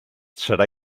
serà